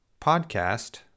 podcast